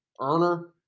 earner